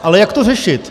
Ale jak to řešit?